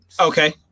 Okay